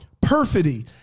Perfidy